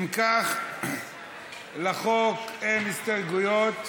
אם כך, לחוק אין הסתייגויות,